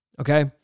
Okay